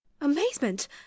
amazement